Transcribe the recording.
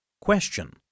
Question